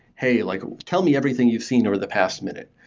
hey, like tell me everything you've seen over the past minute.